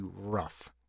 rough